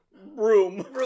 Room